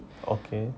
okay